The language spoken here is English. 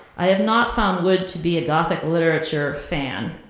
i have not found wood to be a gothic literature fan.